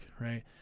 right